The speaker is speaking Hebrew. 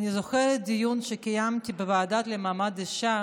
אני זוכרת דיון שקיימתי בוועדה למעמד האישה